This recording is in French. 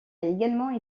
également